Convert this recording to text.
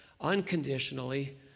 unconditionally